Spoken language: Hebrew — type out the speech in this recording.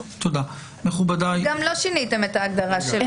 כאן לא שיניתם את ההגדרה.